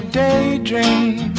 daydream